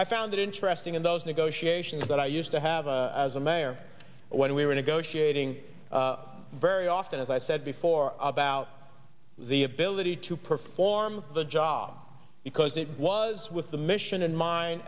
i found it interesting in those negotiations that i used to have a as a mayor when we were negotiating very often as i said before about the ability to perform the job because it was with the mission in mind